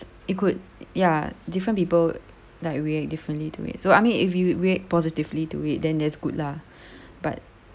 it could ya different people like react differently to it so I mean if you react positively to it then that's good lah but